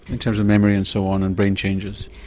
in terms of memory and so on and brain changes.